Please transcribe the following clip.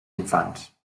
infants